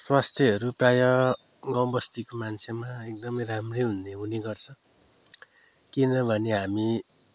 स्वास्थ्यहरू प्रायः गाउँ बस्तीको मान्छेमा एकदमै राम्रै हुने हुने गर्छ किनभने हामी